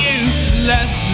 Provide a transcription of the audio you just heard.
useless